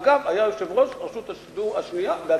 אגב, היה יושב-ראש רשות השידור השנייה בהצלחה.